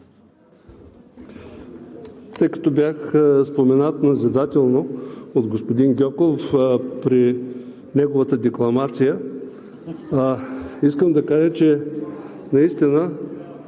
Тъй като бях споменат назидателно от господин Гьоков при неговата декламация, искам да кажа, че наистина,